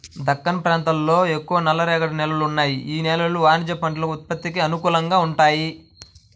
దక్కన్ ప్రాంతంలో ఎక్కువగా నల్లరేగడి నేలలు ఉన్నాయి, యీ నేలలు వాణిజ్య పంటల ఉత్పత్తికి అనుకూలంగా వుంటయ్యి